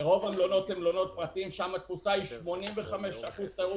רוב המלונות הם פרטיים ושם התפוסה היא 85% מתיירות